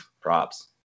props